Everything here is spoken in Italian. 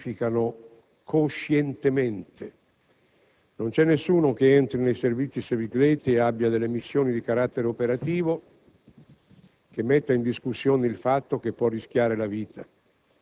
appartenenti ai Servizi segreti si sacrificano coscientemente. Non c'è nessuno che entri nei Servizi segreti e svolga missioni di carattere operativo